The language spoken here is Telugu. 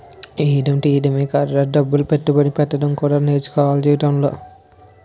ఎయ్యడం తియ్యడమే కాదురా డబ్బులు పెట్టుబడి పెట్టడం కూడా నేర్చుకోవాల జీవితంలో